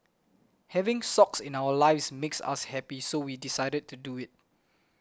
having Socks in our lives makes us happy so we decided to do it